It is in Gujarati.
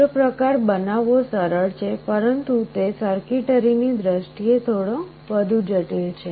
બીજો પ્રકાર બનાવવો સરળ છે પરંતુ તે સર્કિટરીની દ્રષ્ટિએ થોડો વધુ જટિલ છે